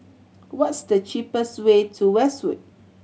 what is the cheapest way to Westwood